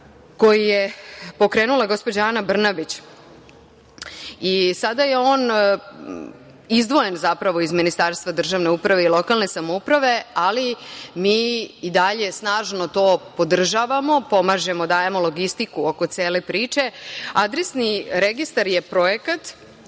koji je pokrenula gospođa Ana Brnabić i sada je on izdvojen, zapravo, iz Ministarstva državne uprave i lokalne samouprave, ali mi i dalje snažno to podržavamo, pomažemo, dajemo logistiku oko cele priče.„Adresni registar“ je projekat